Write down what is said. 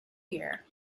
year